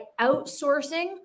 outsourcing